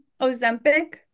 ozempic